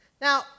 Now